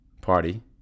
party